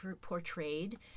portrayed